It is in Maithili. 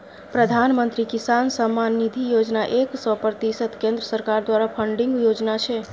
प्रधानमंत्री किसान सम्मान निधि योजना एक सय प्रतिशत केंद्र सरकार द्वारा फंडिंग योजना छै